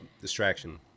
distraction